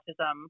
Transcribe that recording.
autism